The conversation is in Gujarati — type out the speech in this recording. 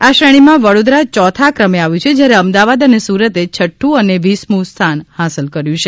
આ શ્રેણીમાં વડોદરા ચૌથા ક્રમે આવ્યું છે જ્યારે અમદાવાદ અને સુરતે છઠ્ઠ અને વીસમું સ્થાન હાંસલ કર્યું છે